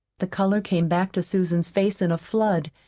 the color came back to susan's face in a flood,